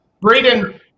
Braden